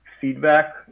feedback